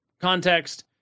context